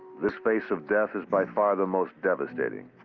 this face of death is by far the most devastating.